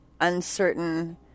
uncertain